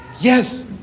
Yes